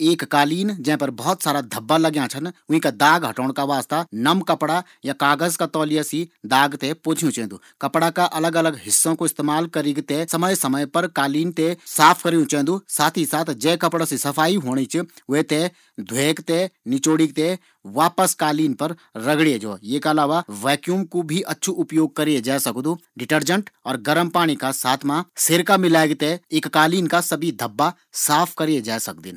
एक कालीन जै पर बहुत सारा धब्बा लगयाँ छन वींका दाग हटोण का वास्ता एक नम कपड़ा या कागज का तौलिया से दाग थें पोंछियूं चैन्दू। कपड़ा का अलग अलग हिस्सा कू प्रयोग करिक थें समय समय पर कालीन थें साफ करयूँ चैन्दू साथ ही जै कपड़ा से सफाई होंदी च वै थें धोइक थें निचोड़ीक थें वापस कालीन पर रगड़े जौ। ये का अलावा वक्यूम कू भी अच्छू उपयोग करै जै सकदू। डिटर्जेंट और गर्म पाणी का साथ मा सिरका मिलेक थें एक कालीन का सभी दाग धब्बा साफ करे जै सकदिन।